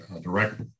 direct